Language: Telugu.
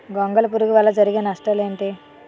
గొంగళి పురుగు వల్ల జరిగే నష్టాలేంటి?